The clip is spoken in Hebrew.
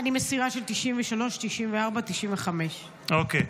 אני מסירה את 93, 94, 95. אוקיי.